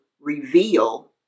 reveal